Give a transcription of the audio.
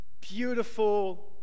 beautiful